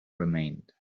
remained